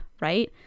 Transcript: right